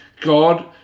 God